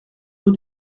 rue